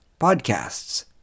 podcasts